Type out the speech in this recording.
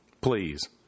please